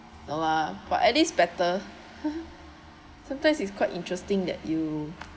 no lah but at least better sometimes it's quite interesting that you